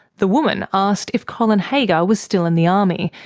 the woman asked if colin haggar was still in the army,